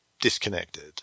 disconnected